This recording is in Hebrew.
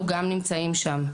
אנחנו גם נמצאים שם.